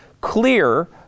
clear